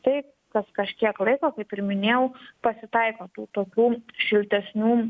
tai kas kažkiek laiko kaip ir minėjau pasitaiko tų tokių šiltesnių